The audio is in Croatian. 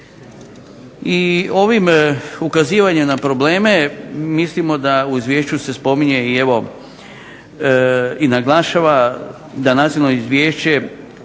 I ovim ukazivanjem na probleme mislimo da u izvješću se spominje i evo i naglašava da Nacionalno vijeće